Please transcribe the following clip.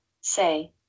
say